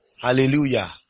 Hallelujah